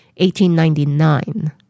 1899